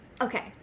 Okay